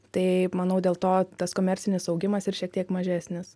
tai manau dėl to tas komercinis augimas ir šiek tiek mažesnis